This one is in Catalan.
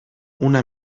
una